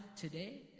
today